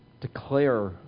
declare